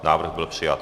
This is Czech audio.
Návrh byl přijat.